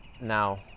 now